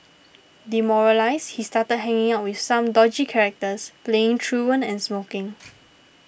demoralised he started hanging out with some dodgy characters playing truant and smoking